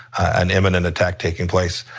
an imminent attack taking place.